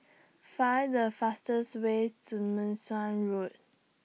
Find The fastest ways to Meng Suan Road